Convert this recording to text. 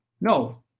no